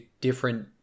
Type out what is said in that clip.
different